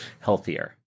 healthier